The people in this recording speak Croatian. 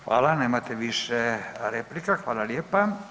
Hvala, nemate više replika, hvala lijepa.